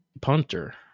punter